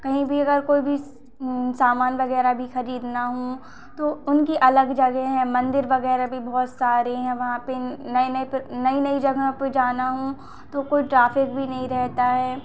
कहीं भी अगर कोई भी सामान वगैरह भी खरीदना हो तो उनकी अलग जगह हैं मंदिर वगैरह भी बहुत सारे हैं वहां पे नई नई नई नई जगह पे जाना हो तो कोई ट्रेफिक भी नहीं रहता है